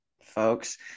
folks